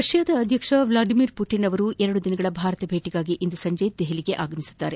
Russia ಅಧ್ಯಕ್ಷ Vladimir Putin ಎರಡು ದಿನಗಳ ಭಾರತ ಭೇಟಿಗಾಗಿ ಇಂದು ಸಂಜೆ ನವದೆಹಲಿಗೆ ಅಗಮಿಸಲಿದ್ದಾರೆ